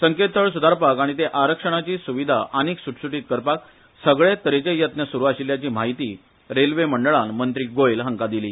संकेतथळ सुदारपाक आनी ते आरक्षणाची सुविधा आनीक सुटसुटीत करपाक सगळे तरेचे यत्न सुरू आशिल्ल्याची म्हायती रेल्वे मंडळान मंत्री गोयल हांका दिली